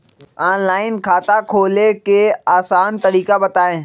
Online खाता खोले के आसान तरीका बताए?